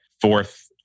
fourth